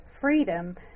freedom